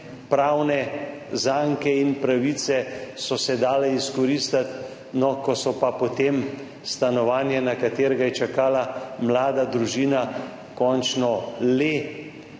pravne zanke in pravice so se dale izkoristiti. No ko so potem stanovanje, na katero je čakala mlada družina, končno le